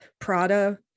Prada